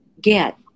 get